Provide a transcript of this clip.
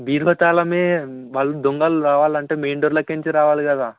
బీరువా తాళమే బల్ దొంగలు రావాలి అంటే మెయిన్ డోర్లొకే నుంచే రావాలి గదా